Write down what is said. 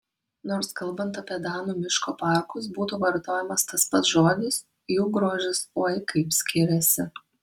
nors kalbant apie danų miško parkus būtų vartojamas tas pats žodis jų grožis oi kaip skiriasi